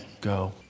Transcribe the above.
go